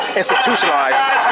institutionalized